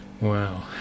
Wow